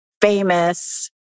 famous